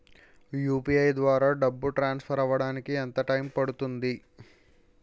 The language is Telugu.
యు.పి.ఐ ద్వారా డబ్బు ట్రాన్సఫర్ అవ్వడానికి ఎంత టైం పడుతుంది?